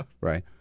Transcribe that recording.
right